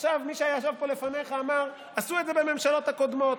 עכשיו מי שישב פה לפניך אמר שעשו את זה בממשלות הקודמות.